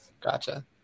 Gotcha